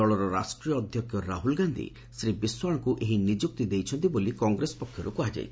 ଦଳର ରାଷ୍ଟ୍ରୀୟ ଅଧ୍ଧକ୍ଷ ରାହୁଲ ଗାଧୀ ଶ୍ରୀ ବିଶ୍ୱାଳଙ୍କୁ ଏହି ନିଯୁକ୍ତି ଦେଇଛନ୍ତି ବୋଲି କଂଗ୍ରେସ ପକ୍ଷର୍ଠ କୁହାଯାଇଛି